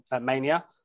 mania